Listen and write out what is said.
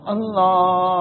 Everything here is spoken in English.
Allah